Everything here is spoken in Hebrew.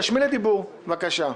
תירשמי לדיבור, בבקשה.